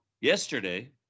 yesterday